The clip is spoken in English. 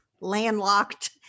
landlocked